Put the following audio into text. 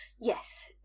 Yes